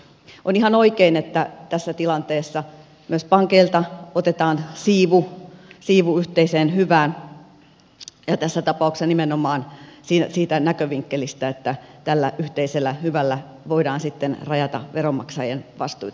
on ihan oikein että tässä tilanteessa myös pankeilta otetaan siivu yhteiseen hyvään ja tässä tapauksessa nimenomaan siitä näkövinkkelistä että tällä yhteisellä hyvällä voidaan sitten rajata veronmaksajien vastuita